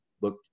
look